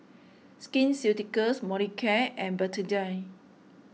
Skin Ceuticals Molicare and Betadine